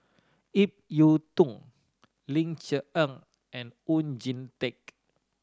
Ip Yiu Tung Ling Cher Eng and Oon Jin Teik